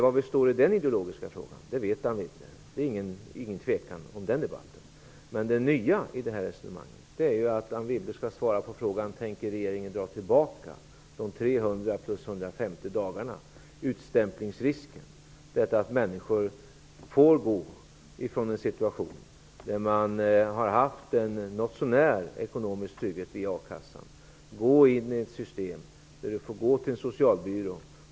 Var vi står i den ideologiska frågan vet Anne Wibble. Det är ingen tvekan om den debatten. Det nya i det här resonemanget är att Anne Wibble skall svara på frågan om regeringen tänker dra tillbaka de 300 plus 150 dagarna och utstämplingsrisken. Människor får gå från en tillvaro där de har haft en något sånär god ekonomisk trygghet via a-kassan till ett system där de får vända sig till en socialbyrå.